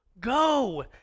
Go